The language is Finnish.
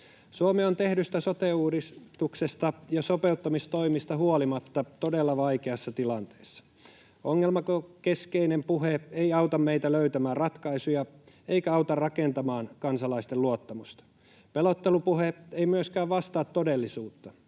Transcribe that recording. Suomi on tehdystä sote-uudistuksesta ja sopeuttamistoimista huolimatta todella vaikeassa tilanteessa. Ongelmakeskeinen puhe ei auta meitä löytämään ratkaisuja eikä auta rakentamaan kansalaisten luottamusta. Pelottelupuhe ei myöskään vastaa todellisuutta.